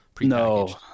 No